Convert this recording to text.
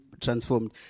transformed